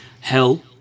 Hell